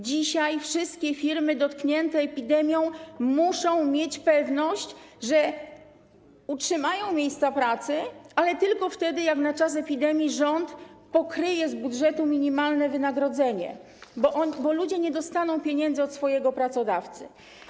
Dzisiaj wszystkie firmy dotknięte epidemią muszą mieć pewność, że utrzymają miejsca pracy, ale tylko wtedy, jak na czas epidemii rząd pokryje z budżetu minimalne wynagrodzenie, bo ludzie nie dostaną pieniędzy od swojego pracodawcy.